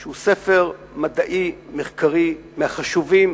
שהוא ספר מדעי-מחקרי מהחשובים